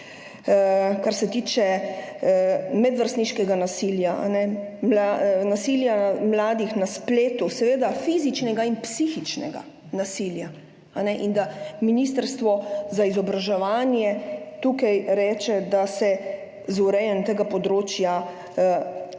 se tiče medvrstniškega nasilja, nasilja mladih na spletu, seveda fizičnega in psihičnega nasilja, da ministrstvo za izobraževanje tukaj reče, da se z urejanjem tega področja